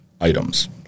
items